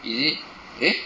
is it eh